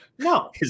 No